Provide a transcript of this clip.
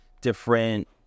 different